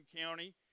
County